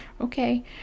Okay